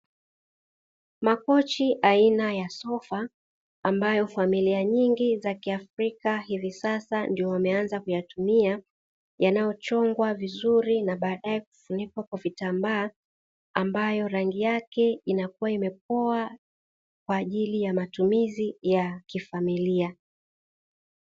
Makochi aina ya sofa ambayo familia nyingi za kiafrika hivi sasa ndio wameanza kuyatumia, yanayochongwa vizuri na baadaye kufunikwa kwa vitambaa, ambayo rangi yake inakua imepoa kwa ajili ya matumizi ya kifamilia.